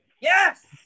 Yes